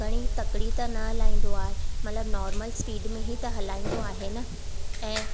घणी तकिड़ी त न हलाईंदो आहे मत़लबु नार्मल स्पीड में ई त हलाईंदो आहे ऐं